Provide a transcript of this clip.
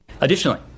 Additionally